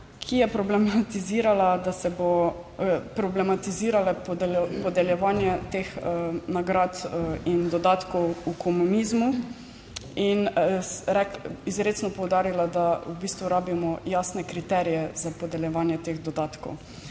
ki je problematizirala, da se bo problematiziralo podeljevanje teh nagrad in dodatkov v komunizmu, in izrecno poudarila, da v bistvu rabimo jasne kriterije za podeljevanje teh dodatkov.